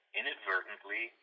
inadvertently